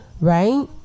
right